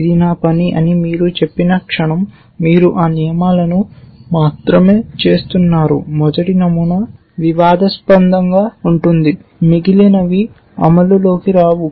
ఇది నా పని అని మీరు చెప్పిన క్షణం మీరు ఆ నియమాలను మాత్రమే చేస్తున్నారు మొదటి నమూనా వివాదాస్పదంగా ఉంటుంది మిగిలినవి అమలులోకి రావు